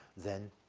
then,